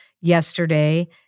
yesterday